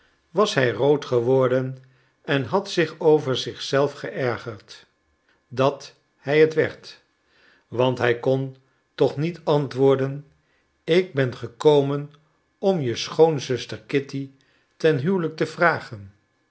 was hij rood geworden en had zich over zich zelf geërgerd dat hij het werd want hij kon toch niet antwoorden ik ben gekomen om je schoonzuster kitty ten huwelijk te vragen